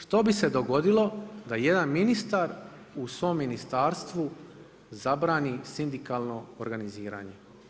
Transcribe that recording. Što bi se dogodilo da jedan ministar u svom ministarstvu zabrani sindikalno organiziranje?